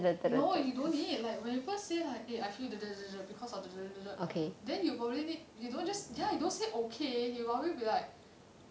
no you don't need like when people say lah I feel because of then you probably need you don't just ya you don't say okay you will probably be like